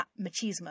machismo